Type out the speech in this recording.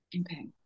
Okay